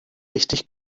richtig